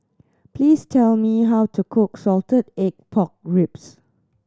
please tell me how to cook salted egg pork ribs